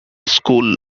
school